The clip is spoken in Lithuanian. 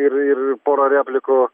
ir ir pora replikų